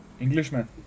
Englishman